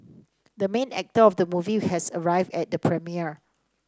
the main actor of the movie has arrived at the premiere